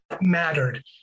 mattered